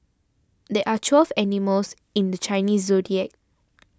there are twelve animals in the Chinese zodiac